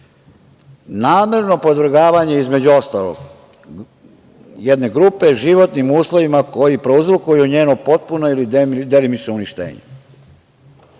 namerno podvrgavanje između ostalog jedne grupe, životnim uslovima koji prouzrokuju njeno potpuno ili delimično uništenje.